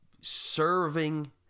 serving